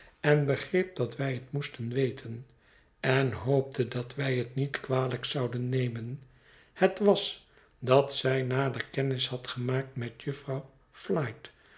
en begreep dat wij het moesten weten en hoopte dat wij het niet kwalijk zouden nemen het was dat zij nader kennis had gemaakt met j ufvrouw flite